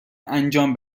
انجام